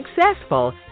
successful